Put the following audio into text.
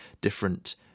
different